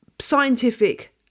scientific